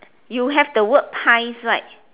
you have the word pies right